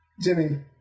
Jimmy